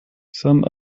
some